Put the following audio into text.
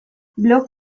blog